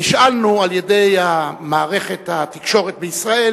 נשאלנו על-ידי מערכת התקשורת בישראל